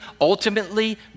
ultimately